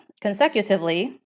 consecutively